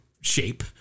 shape